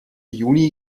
juni